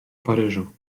paryżu